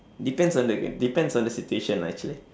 depends on the game depends on the situation lah actually